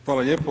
Hvala lijepo.